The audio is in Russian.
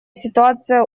ситуация